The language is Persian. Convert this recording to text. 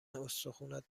استخونات